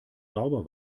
sauber